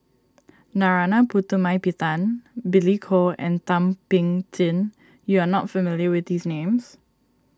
Narana Putumaippittan Billy Koh and Thum Ping Tjin you are not familiar with these names